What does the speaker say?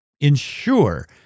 ensure